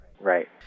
Right